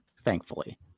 thankfully